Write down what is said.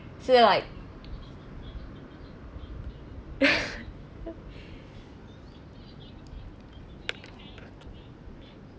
so they're like